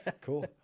cool